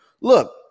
Look